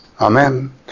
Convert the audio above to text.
amen